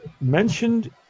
mentioned